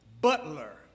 Butler